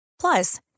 Plus